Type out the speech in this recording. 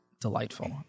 delightful